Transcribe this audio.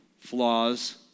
flaws